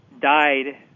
died